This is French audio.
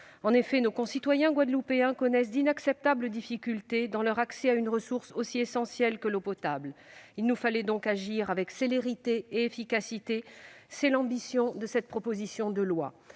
ce texte. Nos concitoyens guadeloupéens connaissent d'inacceptables difficultés dans leur accès à une ressource aussi essentielle que l'eau potable. Il nous fallait donc agir avec célérité et efficacité : c'est l'ambition de cette proposition de loi.